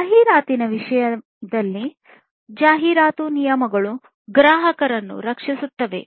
ಜಾಹೀರಾತಿನ ವಿಷಯದಲ್ಲಿ ಜಾಹೀರಾತು ನಿಯಮಗಳು ಗ್ರಾಹಕರನ್ನು ರಕ್ಷಿಸುತ್ತದೆ